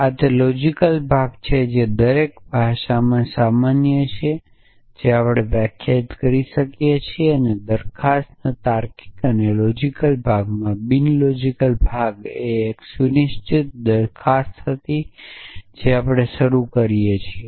આ તે લોજિકલ ભાગ છે જે દરેક ભાષા જે આપણે વ્યાખ્યાયિત કરીએ છીએ તેમાં સામાન્ય છે અને પ્રોપોજીશનના બિન લોજિકલ ભાગ એ એક સેટઅપ પ્રોપોજીશન છે જે આપણે શરૂ કરીએ છીએ